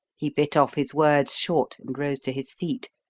he bit off his words short and rose to his feet.